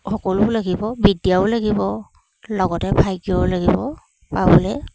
সকলো লাগিব বিদ্যাও লাগিব লগতে ভাগ্যও লাগিব পাবলৈ